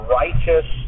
righteous